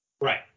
Right